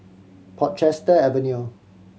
Portchester Avenue